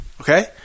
Okay